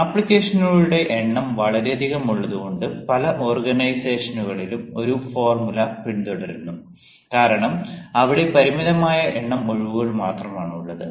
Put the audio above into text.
ആപ്ലിക്കേഷനുകളുടെ എണ്ണം വളരെയധികം ഉള്ളതുകൊണ്ട് പല ഓർഗനൈസേഷനുകളിലും ഒരു ഫോർമുല പിന്തുടരുന്നു കാരണം അവിടെ പരിമിതമായ എണ്ണം ഒഴിവുകൾ മാത്രമാണ് ഉള്ളത്